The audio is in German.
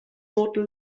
noten